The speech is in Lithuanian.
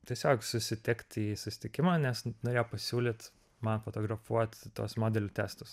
tiesiog susitikt į susitikimą nes norėjo pasiūlyt man fotografuot tuos modelių testus